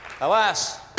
Alas